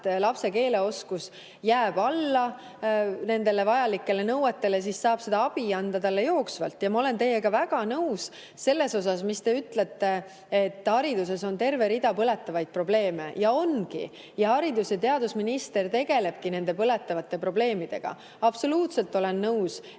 lapse keeleoskus jääb allapoole vajalikke nõudeid, siis saab talle abi jooksvalt anda. Ma olen teiega väga nõus selles suhtes, mis te ütlesite, et hariduses on terve rida põletavaid probleeme. Ongi. Ja haridus- ja teadusminister tegelebki nende põletavate probleemidega. Absoluutselt olen nõus, et